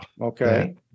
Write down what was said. Okay